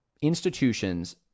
institutions